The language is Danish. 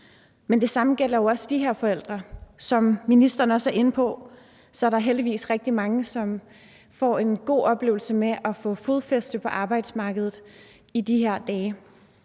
Men det samme gælder jo også de her forældre. Som ministeren også er inde på, er der heldigvis rigtig mange, som får en god oplevelse med at få fodfæste på arbejdsmarkedet i de her dage.